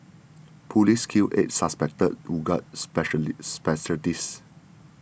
police kill eight suspected Uighur specially separatists